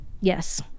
Yes